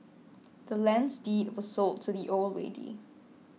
the land's deed was sold to the old lady